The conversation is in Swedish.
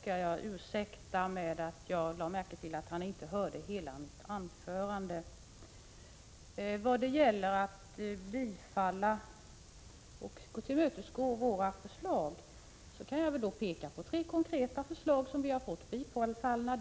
skall jag ursäkta med att jag lade märke till att han inte hörde hela mitt anförande. När det gäller att tillstyrka och tillmötesgå våra förslag kan jag peka på tre konkreta förslag som vi har fått tillstyrkta.